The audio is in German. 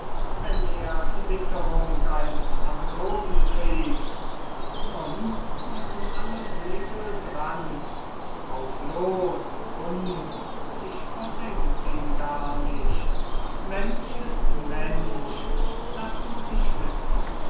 wenn er die witterung eines franzosen kriegt und nun müssen alle segel dran und drauf los und ich verdenk's ihm gar nicht mensch ist mensch das muß ich wissen